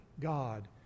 God